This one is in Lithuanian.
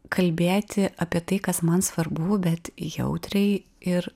kalbėti apie tai kas man svarbu bet jautriai ir